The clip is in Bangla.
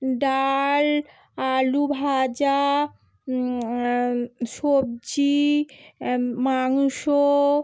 ডাল আলু ভাজা সবজি মাংস